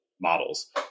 models